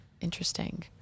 Interesting